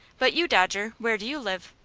but you, dodger, where do you live?